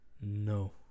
No